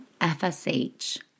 FSH